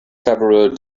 several